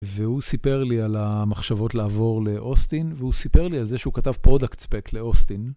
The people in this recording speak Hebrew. והוא סיפר לי על המחשבות לעבור לאוסטין, והוא סיפר לי על זה שהוא כתב Product Spec לאוסטין.